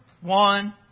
One